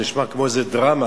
זה נשמע כמו איזה דרמה,